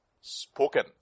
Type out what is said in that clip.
spoken